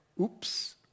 oops